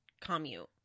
commute